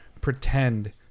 pretend